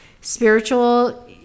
spiritual